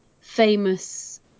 famous